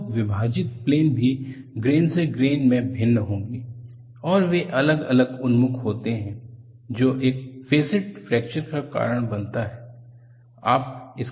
तो विभाजित प्लेन भी ग्रेन से ग्रेन में भिन्न होगी और वे अलग अलग उन्मुख होते हैं जो एक फैस्टिड फ्रैक्चर का कारण बनता है